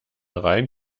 rein